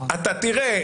אתה תראה